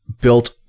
built